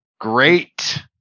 great